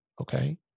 okay